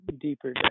deeper